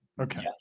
Okay